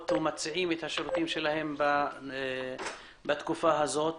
ומציעים את השירותים שלהם בתקופה הזו.